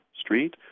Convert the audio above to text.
street